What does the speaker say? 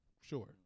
sure